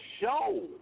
show